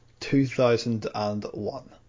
2001